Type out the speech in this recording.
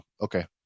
okay